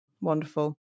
Wonderful